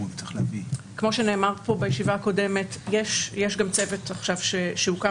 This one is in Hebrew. כמו שנאמר פה בישיבה הקודמת יש גם צוות שהוקם,